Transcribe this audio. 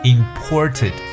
Imported